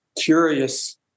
curious